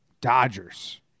Dodgers